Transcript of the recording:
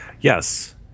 yes